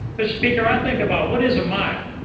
mr. speaker, i think about what is a mile?